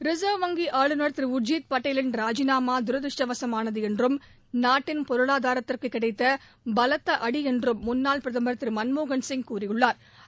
reserve வங்கி ஆளுநர் திரு உர்ஜித் பட்டேலின் ராஜினாமா துரதிருஷ்டவசமானது என்றும் நாட்டின் பொருளாதாரத்திற்கு கிடைத்த பலத்த அடி என்றும் முன்னாள் பிரதமா் திரு மன்மோகன் சிங் கூறியுள்ளாா்